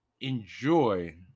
enjoy